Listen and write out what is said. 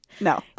No